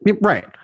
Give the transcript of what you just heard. right